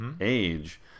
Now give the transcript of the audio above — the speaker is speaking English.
age